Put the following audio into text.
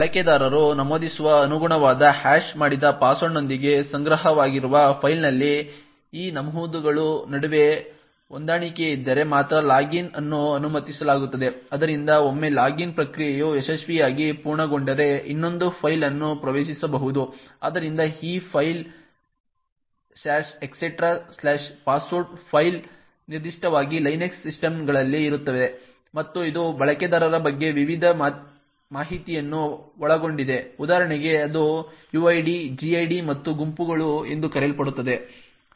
ಬಳಕೆದಾರರು ನಮೂದಿಸುವ ಅನುಗುಣವಾದ ಹ್ಯಾಶ್ ಮಾಡಿದ ಪಾಸ್ವರ್ಡ್ನೊಂದಿಗೆ ಸಂಗ್ರಹವಾಗಿರುವ ಫೈಲ್ನಲ್ಲಿ ಈ ನಮೂದುಗಳ ನಡುವೆ ಹೊಂದಾಣಿಕೆಯಿದ್ದರೆ ಮಾತ್ರ ಲಾಗಿನ್ ಅನ್ನು ಅನುಮತಿಸಲಾಗುತ್ತದೆ ಆದ್ದರಿಂದ ಒಮ್ಮೆ ಲಾಗಿನ್ ಪ್ರಕ್ರಿಯೆಯು ಯಶಸ್ವಿಯಾಗಿ ಪೂರ್ಣಗೊಂಡರೆ ಇನ್ನೊಂದು ಫೈಲ್ ಅನ್ನು ಪ್ರವೇಶಿಸಬಹುದು ಆದ್ದರಿಂದ ಈ ಫೈಲ್ etcpassword ಫೈಲ್ ನಿರ್ದಿಷ್ಟವಾಗಿ LINUX ಸಿಸ್ಟಮ್ಗಳಲ್ಲಿ ಇರುತ್ತದೆ ಮತ್ತು ಇದು ಬಳಕೆದಾರರ ಬಗ್ಗೆ ವಿವಿಧ ಮಾಹಿತಿಯನ್ನು ಒಳಗೊಂಡಿದೆ ಉದಾಹರಣೆಗೆ ಅದು uid gid ಮತ್ತು ಗುಂಪುಗಳು ಎಂದು ಕರೆಯಲ್ಪಡುತ್ತದೆ